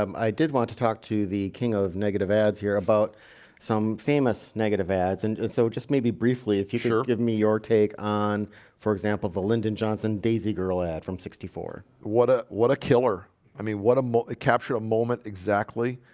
um i did want to talk to the king of negative ads here about some famous negative ads and so just maybe briefly if you should give me your take on for example, the lyndon johnson daisy girl ad from sixty four what a what a killer i mean what a moute capture a moment exactly